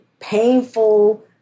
painful